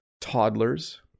toddlers